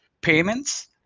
payments